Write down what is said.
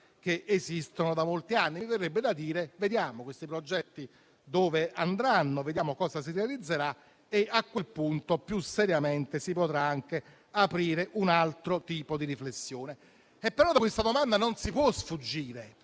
che esistono da molti anni. Mi verrebbe da dire: vediamo questi progetti dove andranno, vediamo cosa si realizzerà e a quel punto più seriamente si potrà anche aprire un altro tipo di riflessione. Non si può sfuggire,